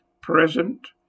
present